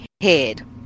head